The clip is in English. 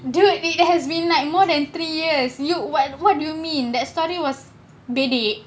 dude it has been like more than three years you what what do you mean that story was lately